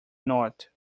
not